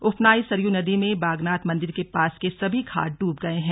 उफनाई सरयू नदी में बागनाथ मंदिर के पास के सभी घाट डूब गए हैं